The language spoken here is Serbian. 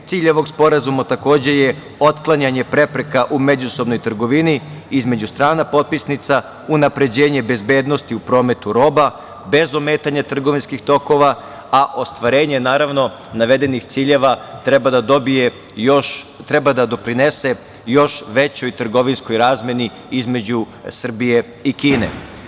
Cilj ovog sporazuma je otklanjanje prepreka u međusobnoj trgovini između strana potpisnica, unapređenje bezbednosti u prometu roba bez ometanja trgovinskih tokova, a ostvarenje, naravno, navedenih ciljeva treba da doprinese još većoj trgovinskoj razmeni između Srbije i Kine.